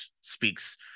speaks